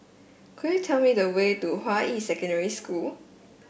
could you tell me the way to Hua Yi Secondary School